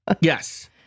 Yes